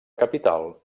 capital